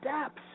steps